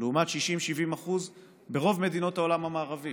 לעומת 60% 70% ברוב מדינות העולם המערבי,